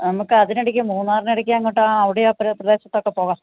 നമുക്ക് അതിനിടയ്ക്ക് മൂന്നാറിന് ഇടക്ക് എങ്ങോട്ടാ അവിടെയാ പ്രദേശത്തൊക്കെ പോകാം